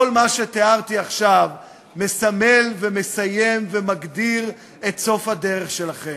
כל מה שתיארתי עכשיו מסמל ומסיים ומגדיר את סוף הדרך שלכם.